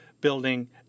building